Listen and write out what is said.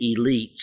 elites